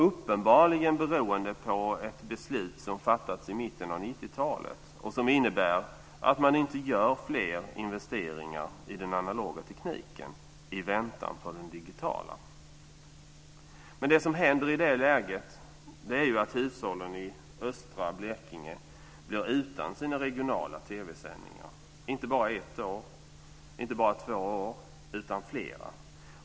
Uppenbarligen beror det på ett beslut som fattats i mitten av 90-talet och som innebär att man inte gör fler investeringar i den analoga tekniken i väntan på den digitala. Men det som händer i det läget är att hushållen i östra Blekinge blir utan sina regionala TV-sändningar - inte bara ett år, inte bara två år utan flera år.